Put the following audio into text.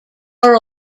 are